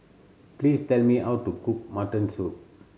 please tell me how to cook mutton soup